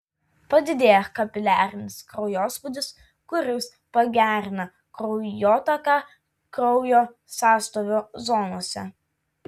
padidėja kapiliarinis kraujospūdis kuris pagerina kraujotaką kraujo sąstovio zonose